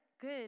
good